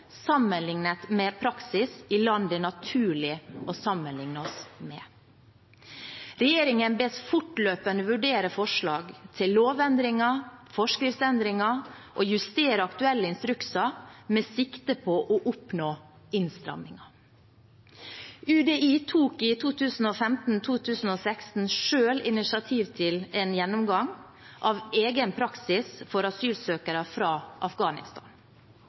sammenlignet med praksis i land det er naturlig å sammenligne seg med. Regjeringen bes fortløpende vurdere forslag til lovendringer, forskriftsendringer og justere aktuelle instrukser med sikte på å oppnå innstramminger.» UDI tok i 2015/2016 selv initiativ til en gjennomgang av egen praksis for asylsøkere fra Afghanistan.